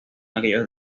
aquellos